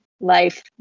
life